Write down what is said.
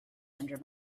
under